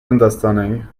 understanding